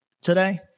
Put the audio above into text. today